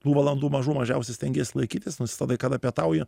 tų valandų mažų mažiausia stengies laikytis nusistatai kada pietauji